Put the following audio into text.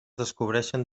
descobreixen